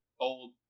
old